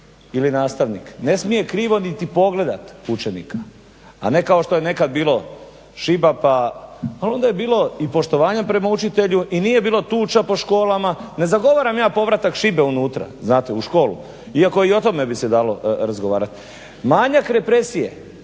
ili nastavnik ne smije krivo niti pogledati učenika, a ne kao što je nekad bilo šiba pa onda je bilo i poštovanja prema učitelju i nije bilo tuča po školama. Ne zagovaram ja povratak šibe unutra u školu iako i o tome bi se dalo razgovarati. Manjak represije